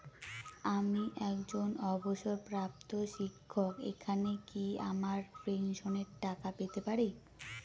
আমি একজন অবসরপ্রাপ্ত শিক্ষক এখানে কি আমার পেনশনের টাকা পেতে পারি?